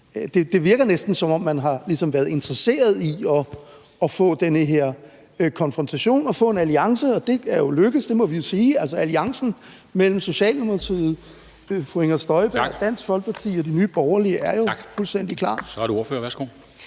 Det virker næsten, som om man ligesom har været interesseret i at få den her konfrontation og få en alliance, og det er jo lykkedes; det må vi sige. Altså, alliancen mellem Socialdemokratiet, fru Inger Støjberg, Dansk Folkeparti og Nye Borgerlige er jo fuldstændig klar. Kl. 10:51 Formanden (Henrik